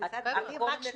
אני כן אענה.